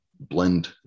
blend